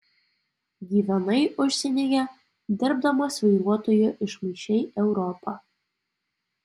gyvenai užsienyje dirbdamas vairuotoju išmaišei europą